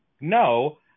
no